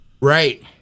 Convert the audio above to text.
right